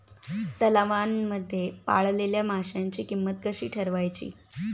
तलावांमध्ये पाळलेल्या माशांची किंमत कशी ठरवायची?